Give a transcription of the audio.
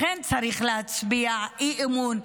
לכן צריך להצביע אי-אמון,